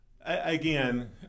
again